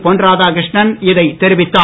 பொன் ராதாகிருஷ்ணன் இதை தெரிவித்தார்